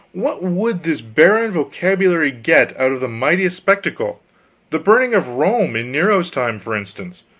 what would this barren vocabulary get out of the mightiest spectacle the burning of rome in nero's time, for instance?